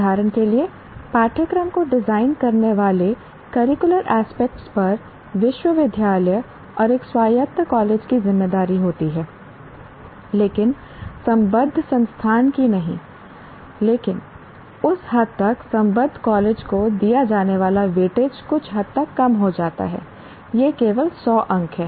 उदाहरण के लिए पाठ्यक्रम को डिजाइन करने वाले करिकुलर एस्पेक्ट्स पर विश्वविद्यालय और एक स्वायत्त कॉलेज की जिम्मेदारी होती है लेकिन संबद्ध संस्थान की नहीं लेकिन उस हद तक संबद्ध कॉलेज को दिया जाने वाला वेटेज कुछ हद तक कम हो जाता है यह केवल 100 अंक है